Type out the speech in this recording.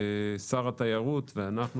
מאז שר התיירות ואנחנו,